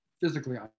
physically